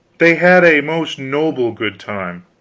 they had a most noble good time.